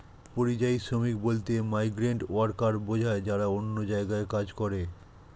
পরিযায়ী শ্রমিক বলতে মাইগ্রেন্ট ওয়ার্কার বোঝায় যারা অন্য জায়গায় কাজ করে